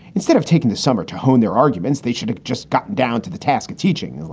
instead of taking the summer to hone their arguments, they should have just gotten down to the task of teaching.